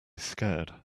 scared